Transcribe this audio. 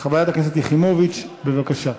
חברת הכנסת יחימוביץ, בבקשה.